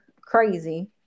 crazy